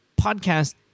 podcast